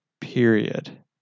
period